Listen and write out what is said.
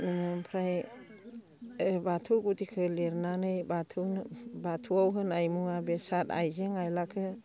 बेनिफ्राय बाथौ गुदिखौ लिरनानै बाथौनो बाथौआव होनाय मुवा बेसाद आइजें आइलाखौ